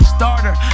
Starter